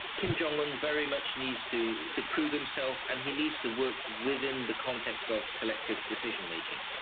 kim jong-un very much needs to to prove himself and he needs to work within the context of collective decision making.